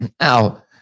Now